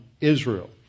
Israel